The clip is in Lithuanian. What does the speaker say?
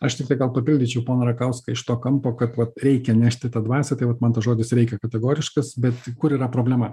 aš tiktai gal papildyčiau poną rakauską iš to kampo kad vat reikia nešti tą dvasią tai vat man tas žodis reikia kategoriškas bet kur yra problema